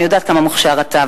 ואני יודעת כמה מוכשר אתה,